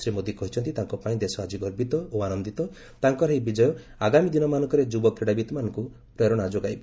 ଶ୍ରୀ ମୋଦି କହିଛନ୍ତି ତାଙ୍କ ପାଇଁ ଦେଶ ଆଜି ଗର୍ବିତ ଓ ଆନନ୍ଦିତ ତାଙ୍କର ଏହି ବିଜୟ ଆଗାମୀ ଦିନ ମାନଙ୍କରେ ଯୁବ କ୍ରୀଡ଼ାବିତ୍ମାନଙ୍କୁ ପ୍ରେରଣା ଯୋଗାଇବ